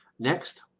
Next